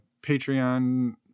Patreon